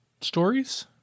stories